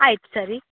ಆಯ್ತು ಸರಿ